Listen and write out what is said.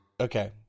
Okay